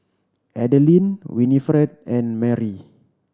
Adelyn Winifred and Marry